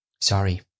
Sorry